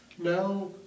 Now